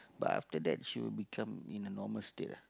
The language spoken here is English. but after that she will become in a normal state ah